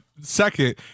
second